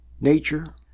nature